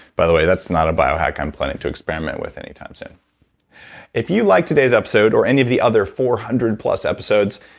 by the way that's not a bio-hack i'm planning to experiment with anytime soon if you like today's episode, or any of the other four hundred plus episodes,